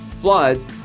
floods